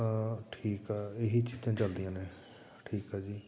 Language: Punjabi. ਹਾਂ ਠੀਕ ਆ ਇਹੀ ਚੀਜ਼ਾਂ ਚੱਲਦੀਆਂ ਨੇ ਠੀਕ ਆ ਜੀ